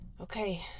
Okay